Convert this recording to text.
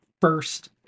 first